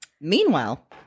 Meanwhile